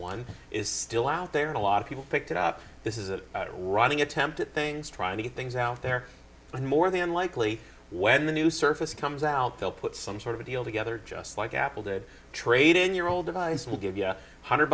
one is still out there and a lot of people picked it up this is a running attempt at things trying to get things out there but more than likely when the new surface comes out they'll put some sort of a deal together just like apple did trade in your old device will give you a hundred